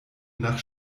nach